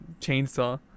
chainsaw